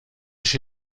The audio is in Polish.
się